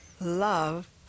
love